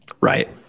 right